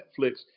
Netflix